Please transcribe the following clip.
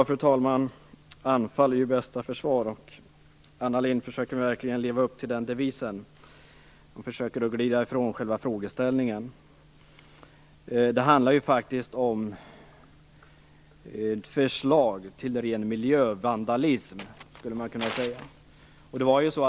Fru talman! Anfall är ju bästa försvar. Anna Lindh försöker verkligen leva upp till den devisen. Hon försöker att glida ifrån själva frågeställningen. Det handlar ju faktiskt om ett förslag till ren miljövandalism, skulle man kunna säga.